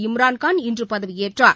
Imran Khan இன்றுபதவியேற்றார்